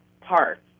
parts